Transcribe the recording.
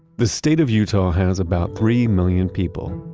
the state of utah has about three million people,